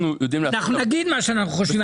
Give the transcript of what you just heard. אנחנו נגיד מה שאנחנו חושבים.